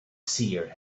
seer